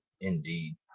Indeed